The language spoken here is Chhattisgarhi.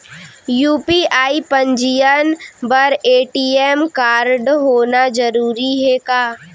यू.पी.आई पंजीयन बर ए.टी.एम कारडहोना जरूरी हे का?